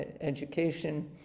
education